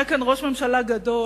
היה כאן ראש ממשלה גדול,